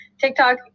TikTok